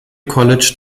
college